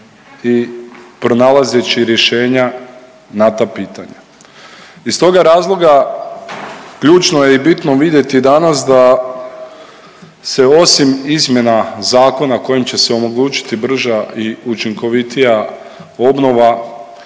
i pronalazeći rješenja na ta pitanja. Iz toga razloga ključno je i bitno vidjeti danas da se osim izmjena zakona kojim će se omogućiti brža i učinkovitija obnova